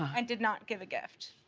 and did not give a gift.